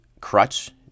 crutch